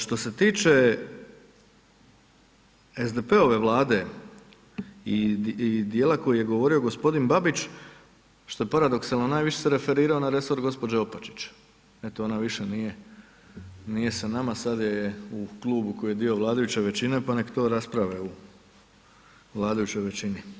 Što se tiče SDP-ove Vlade i djela koji je g. Babić, što je paradoksalno, najviše se referirao na resor gđe. Opačić, eto ona više nije sa nama, sad je u klubu koji je dio vladajuće većine pa nek to rasprave u vladajućoj većini.